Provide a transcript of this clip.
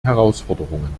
herausforderungen